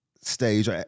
stage